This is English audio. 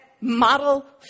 Model